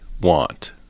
want